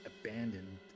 abandoned